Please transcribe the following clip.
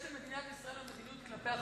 יש למדינת ישראל מדיניות כלפי ה"חמאס"?